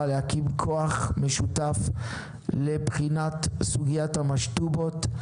להקים כוח משותף לבחינת סוגיית המשטובות,